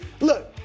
look